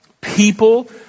People